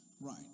Right